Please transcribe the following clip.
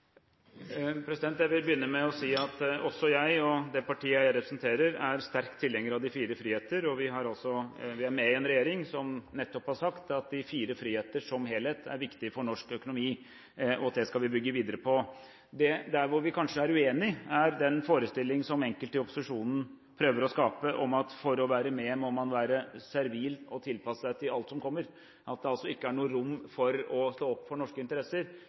Jeg vil begynne med å si at også jeg og det partiet jeg representerer, er sterkt tilhenger av de fire friheter. Vi er med i en regjering som nettopp har sagt at de fire friheter som helhet er viktig for norsk økonomi, og at det skal vi bygge videre på. Der hvor vi kanskje er uenige, er i den forestilling som enkelte i opposisjonen prøver å skape, om at for å være med må man være servil og tilpasse seg alt som kommer, at det ikke er noe rom for å stå opp for norske interesser.